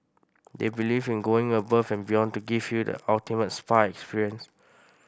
they believe in going above and beyond to give you the ultimate spa experience